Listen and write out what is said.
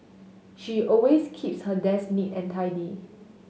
she always keeps her desk neat and tidy